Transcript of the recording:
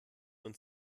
und